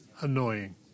annoying